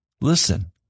listen